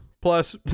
plus